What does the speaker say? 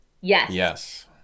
Yes